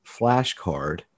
flashcard